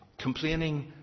Complaining